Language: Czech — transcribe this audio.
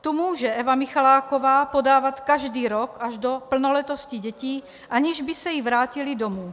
Tu může Eva Michaláková podávat každý rok až do plnoletosti dětí, aniž by se jí vrátily domů.